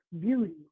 beauty